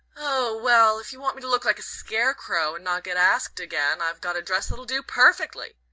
oh, well if you want me to look like a scarecrow, and not get asked again, i've got a dress that'll do perfectly,